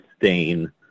sustain